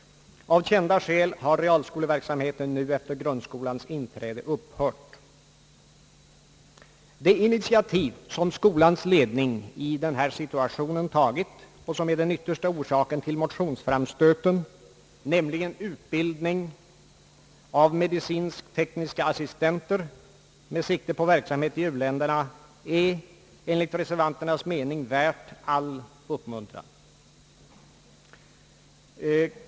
Av kända skäl har realskoleverksamheten nu efter grundskolans inträde upphört. Det initiativ som skolans ledning i denna situation tagit och som är den yttersta orsaken till motionsframstöten, nämligen utbildning av medicinskt-tekniska assistenter med sikte på verksamhet i u-länderna, är enligt reservanternas mening värt all uppmuntran.